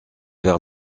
vers